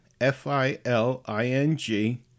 f-i-l-i-n-g